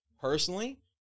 Personally